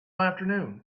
afternoon